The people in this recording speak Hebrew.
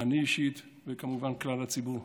אני אישית וכמובן כלל הציבור.